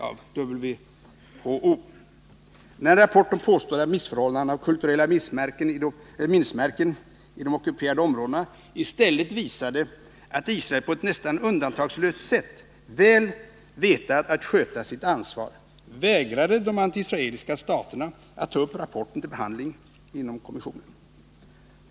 När en rapport om påstådda missförhållanden beträffande kulturella minnesmärken i de ockuperade områdena i stället visade att Israel nästan undantagslöst väl visste att sköta sitt ansvar, vägrade de antiisraeliska staterna att ta upp rapporten till behandling inom kommissionen.